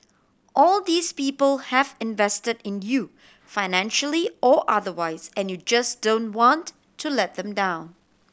all these people have invested in you financially or otherwise and you just don't want to let them down